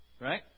right